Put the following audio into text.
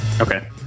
Okay